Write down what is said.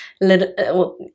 little